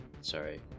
Sorry